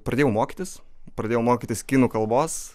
pradėjau mokytis pradėjau mokytis kinų kalbos